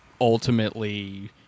ultimately